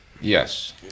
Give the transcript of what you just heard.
Yes